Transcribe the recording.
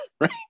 right